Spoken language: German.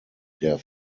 der